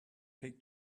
take